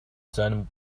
seinem